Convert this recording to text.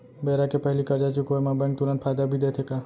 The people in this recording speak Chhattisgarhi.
बेरा के पहिली करजा चुकोय म बैंक तुरंत फायदा भी देथे का?